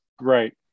right